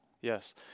Yes